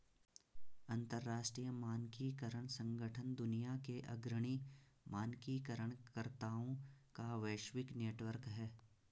अंतर्राष्ट्रीय मानकीकरण संगठन दुनिया के अग्रणी मानकीकरण कर्ताओं का वैश्विक नेटवर्क है